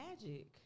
magic